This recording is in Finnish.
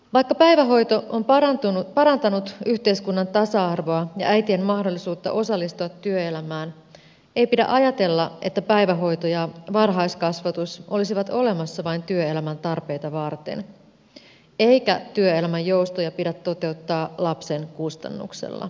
vaikka päivähoito on parantanut yhteiskunnan tasa arvoa ja äitien mahdollisuutta osallistua työelämään ei pidä ajatella että päivähoito ja varhaiskasvatus olisivat olemassa vain työelämän tarpeita varten eikä työelämän joustoja pidä toteuttaa lapsen kustannuksella